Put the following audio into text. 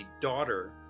daughter